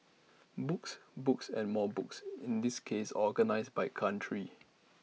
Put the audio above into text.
books books and more books in this case organised by country